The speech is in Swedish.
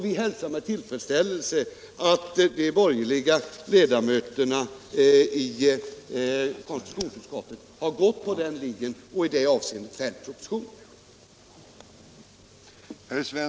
Vi hälsar med tillfredsställelse att de borgerliga ledamöterna i konstitutionsutskot tet har följt den socialdemokratiska linjen och i det avseendet fällt propositionen.